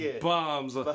bombs